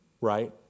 Right